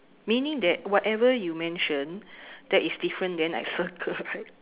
meaning that whatever you mention that is different then I circle right